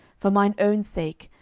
for mine own sake,